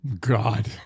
God